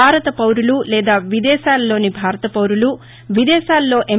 భారత పౌరులు లేదా విదేశాలలోని భారత పౌరులు విదేశాల్లో ఎమ్